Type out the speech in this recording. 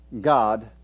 God